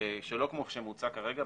שלא כמו שמוצע כרגע,